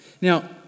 Now